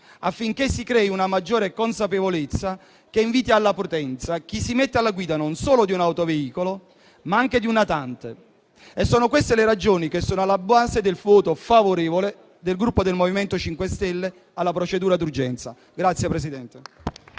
affinché si crei una maggiore consapevolezza che inviti alla prudenza chi si mette alla guida non solo di un autoveicolo, ma anche di un natante. Sono queste le ragioni alla base del voto favorevole del Gruppo MoVimento 5 Stelle alla procedura d'urgenza.